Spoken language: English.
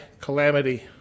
calamity